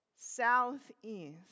southeast